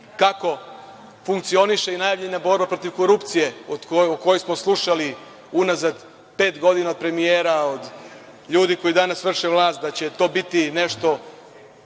kako funkcioniše i najavljena borba protiv korupcije o kojoj smo slušali unazad pet godina od premijera, ljudi koji danas vrše vlast da će to biti nešto